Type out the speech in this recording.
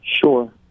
Sure